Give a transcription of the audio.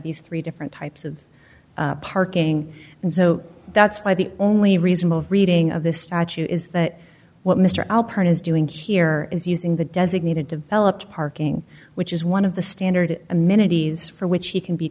these three different types of parking and so that's why the only reasonable reading of the statute is that what mr alpert is doing here is using the designated developed parking which is one of the standard a minute he's for which he can be